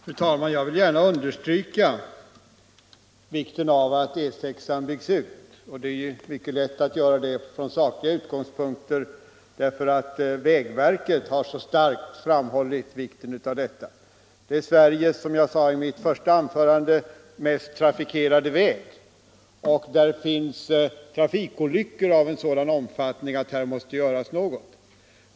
Fru talman! Jag vill gärna understryka vikten av att E 6 byggs ut, och det är ju mycket lätt att göra det från sakliga utgångspunkter, därför att vägverket så starkt framhållit vikten av detta. E 6 är Sveriges - som jag sade i mitt första anförande — mest trafikerade väg, och där inträffar trafikolyckor av en sådan omfattning att något måste göras.